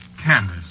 Candace